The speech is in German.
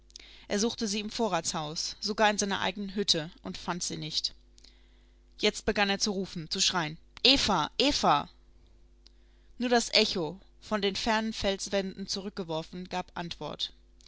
er suchte sie im vorratshaus sogar in seiner eigenen hütte und fand sie nicht jetzt begann er zu rufen zu schreien eva eva nur das echo von den fernen felswänden zurückgeworfen gab antwort